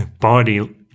body